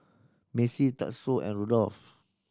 Macey Tatsuo and Rudolf